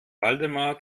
waldemar